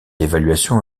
évaluation